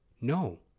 No